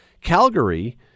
Calgary